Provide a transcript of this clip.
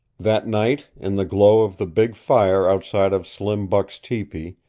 that night, in the glow of the big fire outside of slim buck's tepee,